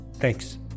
Thanks